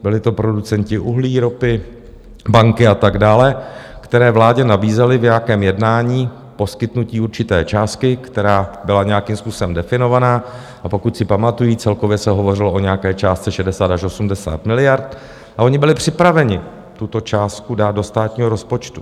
Byly to producenti uhlí, ropy, banky a tak dále, kteří vládě nabízeli v nějakém jednání poskytnutí určité částky, která byla nějakým způsobem definovaná, a pokud si pamatuji, celkově se hovořilo o nějaké částce 60 až 80 miliard, a oni byli připraveni tuto částku dát do státního rozpočtu.